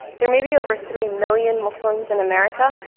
there may be over three million muslims in america.